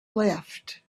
left